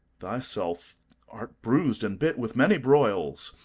thy self art bruis'd and bit with many broils,